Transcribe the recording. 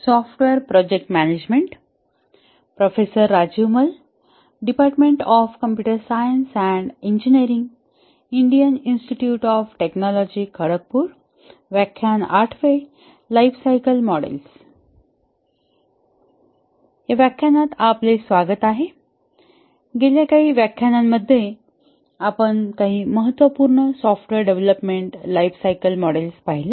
या व्याख्यानात आपले स्वागत आहे गेल्या काही व्याख्यानांमध्ये आपण काही महत्त्वपूर्ण सॉफ्टवेअर डेव्हलपमेंट लाइफसायकल मॉडेल्स पाहिले